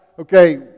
okay